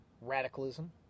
radicalism